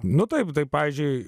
nu taip tai pavyzdžiui